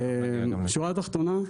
שורה תחתונה,